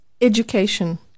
Education